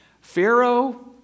Pharaoh